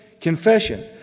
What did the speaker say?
Confession